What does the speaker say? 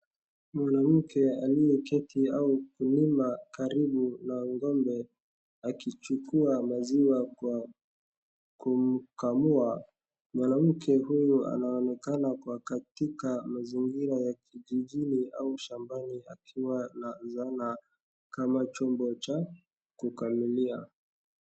Mwanamke aliye keti au kulima karibu na ng'ombe akichukua maziwa kwa kumkamua. Mwanamke huyo anaonekana katika mazingira ya kijijini au shambani akiwa na zana kama chombo cha kukamilia.